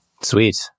Sweet